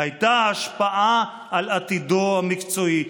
"הייתה השפעה על עתידו המקצועי".